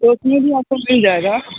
तो उसमें भी आपको मिल जाएगा